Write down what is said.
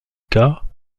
cas